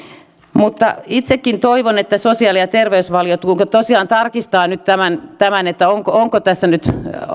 mutta itsekin toivon että sosiaali ja terveysvaliokunta tosiaan tarkistaa nyt tämän tämän onko tässä nyt